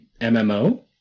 MMO